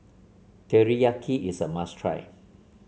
teriyaki is a must try